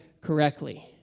correctly